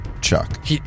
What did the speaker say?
Chuck